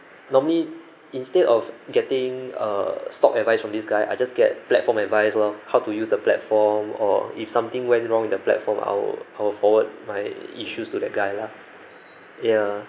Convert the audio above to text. normally instead of getting uh stock advice from this guy I just get platform advice loh how to use the platform or if something went wrong in that platform I will I will forward my issues to that guy lah ya